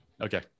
Okay